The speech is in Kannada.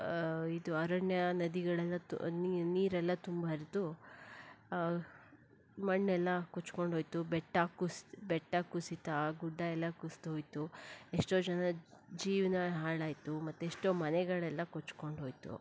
ಇದು ಅರಣ್ಯ ನದಿಗಳೆಲ್ಲ ತು ನೀರೆಲ್ಲ ತುಂಬಿ ಹರಿದು ಮಣ್ಣೆಲ್ಲ ಕೊಚ್ಕೊಂಡೋಯ್ತು ಬೆಟ್ಟ ಕುಸ್ ಬೆಟ್ಟ ಕುಸಿತ ಗುಡ್ಡ ಎಲ್ಲ ಕುಸ್ದು ಹೋಯ್ತು ಎಷ್ಟೋ ಜನ ಜೀವನ ಹಾಳಾಯಿತು ಮತ್ತು ಎಷ್ಟೋ ಮನೆಗಳೆಲ್ಲ ಕೊಚ್ಕೊಂಡು ಹೋಯಿತು